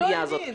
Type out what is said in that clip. הוא לא הבין.